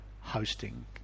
hosting